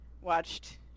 watched